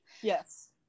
Yes